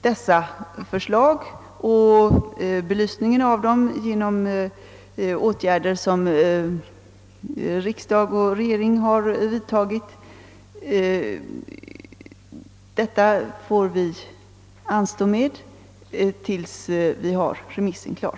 dessa förslag och belysningen av dem genom åtgärder som riksdag och regering vidtagit får anstå tills vi har remissen klar.